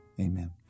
amen